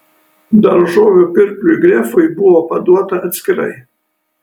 daržovių pirkliui grefui buvo paduota atskirai